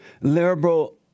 liberal